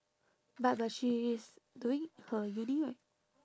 but but she is doing her uni right